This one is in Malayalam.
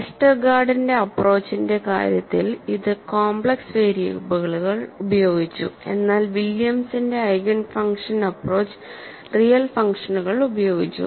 വെസ്റ്റർഗാർഡിന്റെ അപ്പ്രോച്ചിന്റെ കാര്യത്തിൽ ഇത് കോംപ്ലെക്സ് വേരിയബിളുകൾ ഉപയോഗിച്ചു എന്നാൽ വില്യംസിന്റെ ഐഗേൻ ഫംഗ്ഷൻ അപ്പ്രോച്ച് റിയൽ ഫംഗ്ഷനുകൾ ഉപയോഗിച്ചു